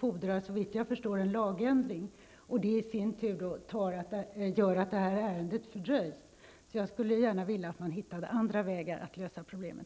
fordrar såvitt jag förstår en lagändring, och en sådan skulle i sin tur göra att detta ärendes behandling fördröjdes. Jag skulle därför gärna vilja att man hittade andra vägar för att lösa problemet.